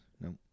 No